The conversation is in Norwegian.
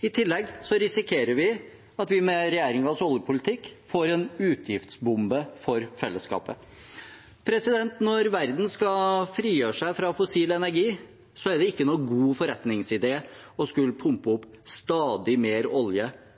I tillegg risikerer vi at vi med regjeringens oljepolitikk får en utgiftsbombe for fellesskapet. Når verden skal frigjøre seg fra fossil energi, er det ikke noen god forretningsidé å skulle pumpe opp stadig mer olje